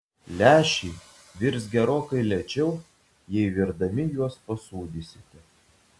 lęšiai virs gerokai lėčiau jei virdami juos pasūdysite